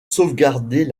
sauvegarder